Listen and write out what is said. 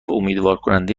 امیدوارکننده